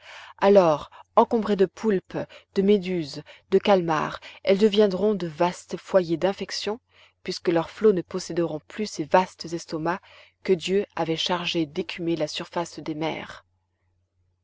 alors encombrées de poulpes de méduses de calmars elles deviendront de vastes foyers d'infection puisque leurs flots ne posséderont plus ces vastes estomacs que dieu avait chargés d'écumer la surface des mers